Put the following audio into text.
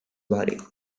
body